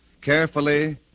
carefully